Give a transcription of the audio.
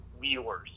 viewers